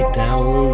down